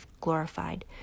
glorified